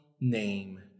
name